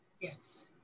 Yes